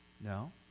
No